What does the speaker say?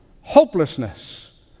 hopelessness